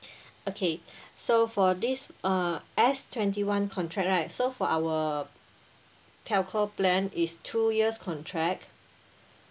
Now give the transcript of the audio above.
okay so for this uh S twenty one contract right so for our telco plan is two years contract